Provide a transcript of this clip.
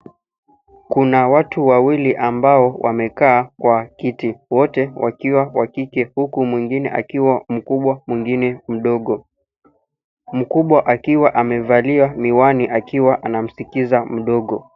Kuna watu wawili ambao wamekaa Kwa kiti wote wakiwa wa kike huku mwingine akiwa mkubwa mwingine mdogo. Mkubwa akiwa amevalia miwani akiwa anamskiza mdogo.